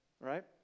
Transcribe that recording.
Right